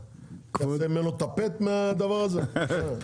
יעשה טפט מהדבר הזה?